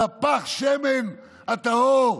על פך השמן הטהור.